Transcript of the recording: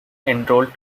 enrolled